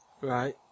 Right